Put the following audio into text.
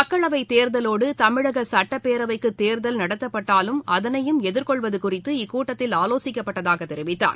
மக்களவை தேர்தலோடு தமிழக சட்டப்பேரவைக்கு தேர்தல் நடத்தப்பட்டாலும் அதனையும் எதிர்கொள்வது குறித்து இக்கூட்டத்தில் ஆலோசிக்கப்பட்டதாக தெரிவித்தார்